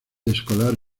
escolar